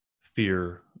fear